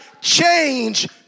change